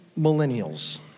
millennials